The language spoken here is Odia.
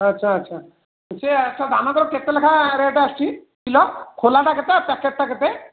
ଆଚ୍ଛା ଆଚ୍ଛା ସେ ଦାନାଦାର କେତେ ଲେଖାଁ ରେଟ୍ ଆସୁଛି କିଲୋ ଖୋଲାଟା କେତେ ପ୍ୟାକେଟ୍ଟା କେତେ